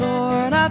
Lord